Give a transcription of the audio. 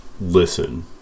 listen